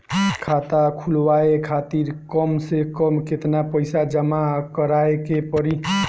खाता खुलवाये खातिर कम से कम केतना पईसा जमा काराये के पड़ी?